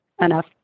enough